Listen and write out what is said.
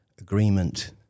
agreement